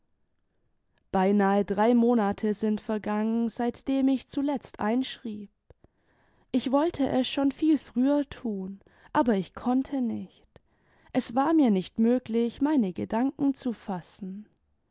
beinahe drei monate sind vergangen seitdem ich zuletzt einschrieb ich wollte es schon viel früher tun aber ich konnte nicht es war mir nicht möglich meine gedanken zu fassen